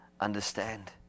understand